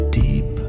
deep